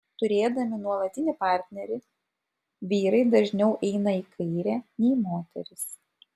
turėdami nuolatinį partnerį vyrai dažniau eina į kairę nei moterys